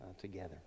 together